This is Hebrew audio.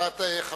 או בור.